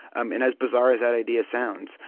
um and as bizarre as that idea sounds,